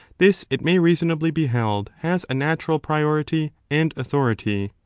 this, it may reasonably be held, has a natural priority and authority.